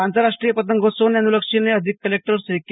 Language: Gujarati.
આ આંતરરાષ્ટ્રીય પતંગોત્સવને અનુલક્ષીને અધિક કલેક્ટર શ્રી કે